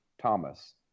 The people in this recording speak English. Thomas